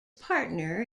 partner